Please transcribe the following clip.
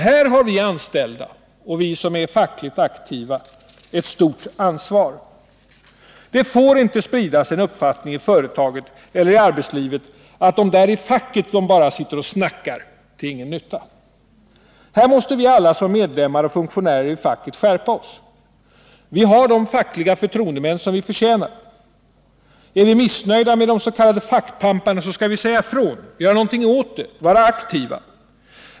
Här har vi anställda och vi som är fackligt aktiva ett stort ansvar. Det får inte spridas en uppfattning i företaget eller i arbetslivet att ”dom där i facket bara sitter och snackar till ingen nytta”. Här måste vi alla som är medlemmar och funktionärer i facket skärpa oss. Vi har de fackliga förtroendemän som vi förtjänar. Är vi missnöjda med de s.k. fackpamparna, skall vi säga ifrån, göra någonting åt det, vara aktiva.